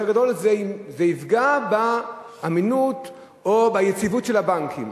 גדול זה יפגע באמינות או ביציבות של הבנקים.